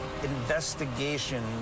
investigation